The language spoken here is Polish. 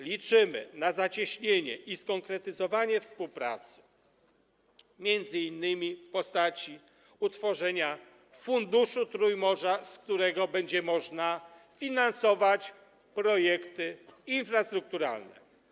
Liczymy na zacieśnienie i skonkretyzowanie współpracy, m.in. w postaci utworzenia funduszu Trójmorza, z którego będzie można finansować projekty infrastrukturalne.